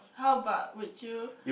how about would you